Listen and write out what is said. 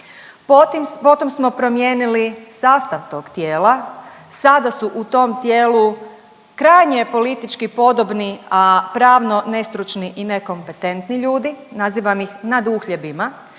Potom smo promijenili sastav tog tijela. Sada su u tom tijelu krajnje politički podobni, a pravno nestručni i nekompetentni ljudi. Nazivam ih naduhljebima